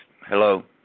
Hello